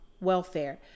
welfare